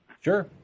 Sure